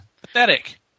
Pathetic